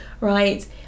right